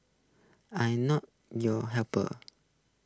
I not your help